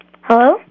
Hello